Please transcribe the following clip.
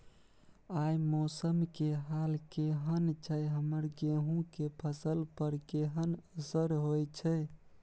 आय मौसम के हाल केहन छै हमर गेहूं के फसल पर केहन असर होय छै?